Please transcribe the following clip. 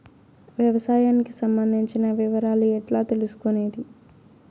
వ్యవసాయానికి సంబంధించిన వివరాలు ఎట్లా తెలుసుకొనేది?